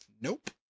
nope